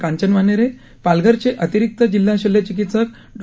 कांचन वानेरे पालघ चे अतिरिक्त जिल्हा शल्यचिकीत्सक डॉ